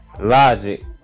Logic